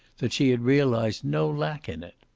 that she had realized no lack in it.